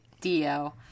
Dio